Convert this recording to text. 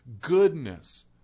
Goodness